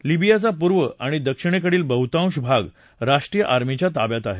लिबियाचा पूर्व आणि दक्षिणेकडील बहुतांश भाग राष्ट्रीय आर्मीच्या ताब्यात आहे